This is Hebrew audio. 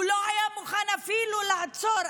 הוא לא היה מוכן אפילו לעצור.